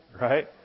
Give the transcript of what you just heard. Right